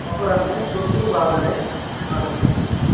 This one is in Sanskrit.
अपराह्णे चतुर्वादने आगच्छतु एकवारं